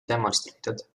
demonstrated